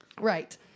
Right